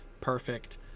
perfect